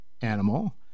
animal